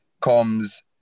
comes